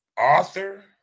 Author